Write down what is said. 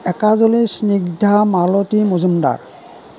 একাজলি Snigdha Malati Majumdar